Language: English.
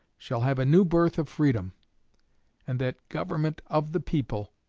shall have a new birth of freedom and that government of the people,